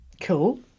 cool